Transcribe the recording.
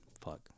fuck